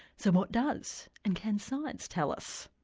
so what does? and can science tell us?